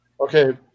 Okay